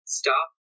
stop